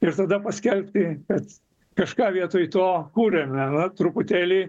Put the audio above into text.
ir tada paskelbti kad kažką vietoj to kuriame na truputėlį